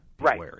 Right